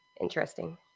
interesting